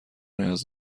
نیاز